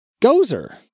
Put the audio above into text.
Gozer